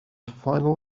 final